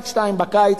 עד 14:00 בקיץ,